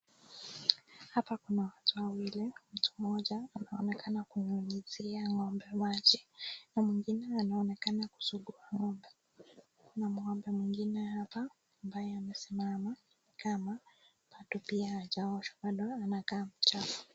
Hapa kuna watu wawili, mmoja anaonekana kunyunyizia ng'ombe maji na mwingine anaonekana kusugua ng'ombe. Kuna ng'ombe mwingine hapa ambaye amesimama kama bado pia hajaoshwa bado anakaa mchafu.